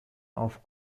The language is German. auf